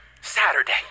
Saturday